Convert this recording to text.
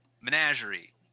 Menagerie